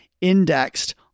indexed